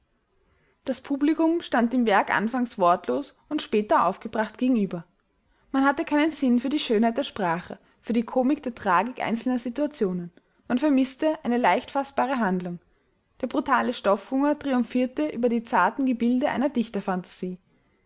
das publikum stand dem werk anfangs wortlos und später aufgebracht gegenüber man hatte keinen sinn für die schönheit der sprache für die komik der tragik einzelner situationen man vermißte eine leicht faßbare handlung der brutale stoffhunger triumphierte über die zarten gebilde einer dichterphantasie